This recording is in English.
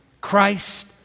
Christ